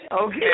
okay